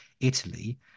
italy